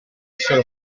sono